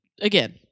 again